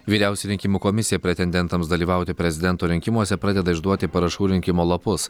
vyriausioji rinkimų komisija pretendentams dalyvauti prezidento rinkimuose pradeda išduoti parašų rinkimo lapus